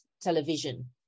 television